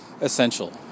essential